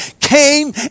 came